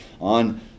on